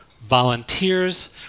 volunteers